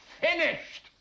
finished